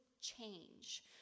change